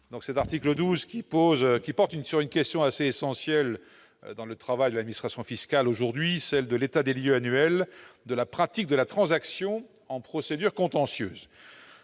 L'article 12 porte sur une question assez essentielle dans le travail de l'administration fiscale aujourd'hui : celle de l'état des lieux annuel de la pratique de la transaction en procédure contentieuse.